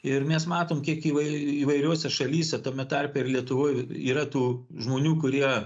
ir mes matom kiek įvai įvairiose šalyse tame tarpe ir lietuvoj yra tų žmonių kurie